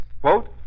Quote